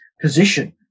position